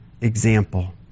example